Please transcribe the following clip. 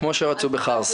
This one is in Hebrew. כפי שרצו בחרסה.